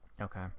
okay